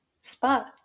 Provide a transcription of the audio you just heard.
spot